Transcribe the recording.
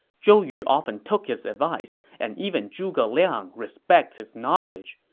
zhou yu often took his advice, and even zhuge liang respects his knowledge.